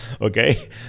okay